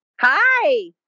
hi